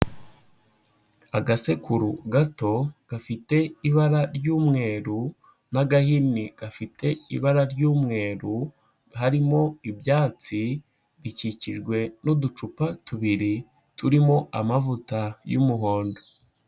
Agasekuru gato gafite ibara ry'umweru n'agahini gafite ibara ry'umweru, harimo ibyatsi, bikikijwe n'uducupa tubiri turimo amavuta y'umuhondo.